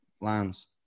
lands